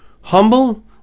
humble